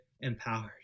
empowered